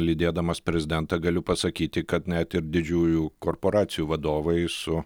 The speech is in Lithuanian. lydėdamas prezidentą galiu pasakyti kad net ir didžiųjų korporacijų vadovai su